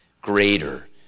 greater